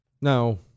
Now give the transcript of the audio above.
Now